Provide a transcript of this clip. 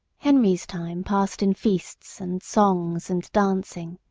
henry's time passed in feasts and songs and dancing.